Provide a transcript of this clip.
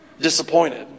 Disappointed